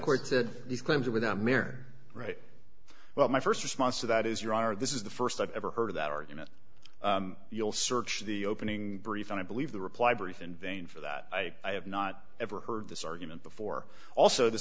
court said these claims are without merit right well my st response to that is your honor this is the st i've ever heard of that argument you'll search the opening brief and i believe the reply brief in vain for that i have not ever heard this argument before also the